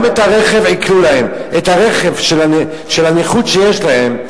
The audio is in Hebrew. גם את הרכב עיקלו להם, את הרכב של הנכות שיש להם.